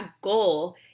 goal